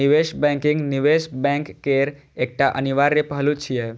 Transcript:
निवेश बैंकिंग निवेश बैंक केर एकटा अनिवार्य पहलू छियै